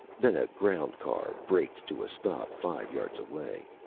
then a ground car braked to a stop five yards away.